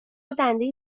دنده